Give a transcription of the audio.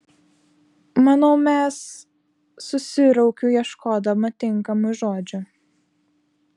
manau mes susiraukiu ieškodama tinkamų žodžių